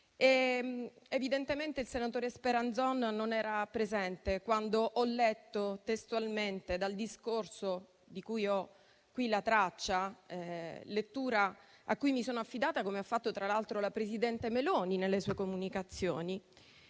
Evidentemente il senatore Speranzon non era presente quando ho letto testualmente il discorso di cui ho qui la traccia, alla cui lettura mi sono affidata, come ha fatto tra l'altro la presidente del Consiglio Meloni nelle sue comunicazioni.